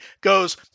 goes